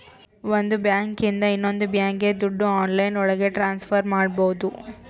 ಒಂದ್ ಬ್ಯಾಂಕ್ ಇಂದ ಇನ್ನೊಂದ್ ಬ್ಯಾಂಕ್ಗೆ ದುಡ್ಡು ಆನ್ಲೈನ್ ಒಳಗ ಟ್ರಾನ್ಸ್ಫರ್ ಮಾಡ್ಬೋದು